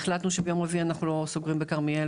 החלטנו שביום רביעי אנחנו סוגרים בכרמיאל